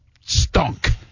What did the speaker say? stunk